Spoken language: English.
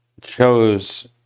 chose